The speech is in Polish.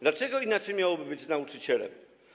Dlaczego inaczej miałoby być z nauczycielem?